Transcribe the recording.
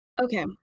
Okay